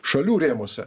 šalių rėmuose